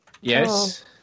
yes